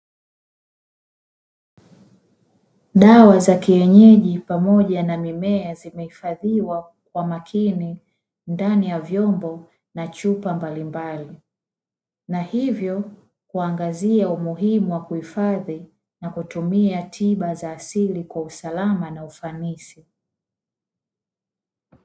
Dawa za kienyeji pamoja na mimea zimehifadhiwa kwa makini ndani ya vyombo na chupa mbalimbali. Na hivyo kuangazia umuhimu wa kuifadhi na kutumia tiba za asili kwa usalama na ufanisi